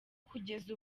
kugeza